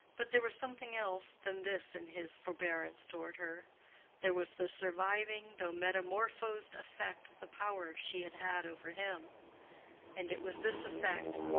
but there was something else than this in his forbearance toward her there was the surviving though metamorphosed effect of the power she had had over him and it was this effect,